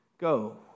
go